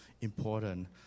important